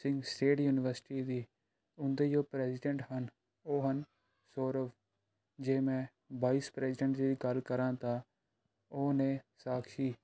Singh state university ਦੀ ਉਹਦੇ ਜੋ ਪ੍ਰੈਜੀਡੈਂਟ ਹਨ ਉਹ ਹਨ ਸੌਰਵ ਜੇ ਮੈਂ ਵਾਈਸ ਪ੍ਰੈਜੀਡੈਂਟ ਦੀ ਗੱਲ ਕਰਾਂ ਤਾਂ ਉਹ ਨੇ ਸਾਕਸ਼ੀ